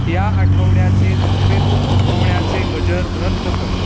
या आठवड्याचे झोपेतून उठवण्याचे गजर रद्द कर